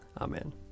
Amen